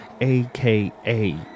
aka